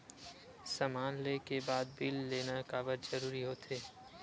समान ले के बाद बिल लेना काबर जरूरी होथे?